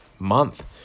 month